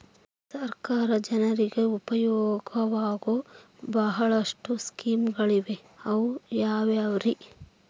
ಸರ್ಕಾರ ಜನರಿಗೆ ಉಪಯೋಗವಾಗೋ ಬಹಳಷ್ಟು ಸ್ಕೇಮುಗಳಿವೆ ಅವು ಯಾವ್ಯಾವ್ರಿ?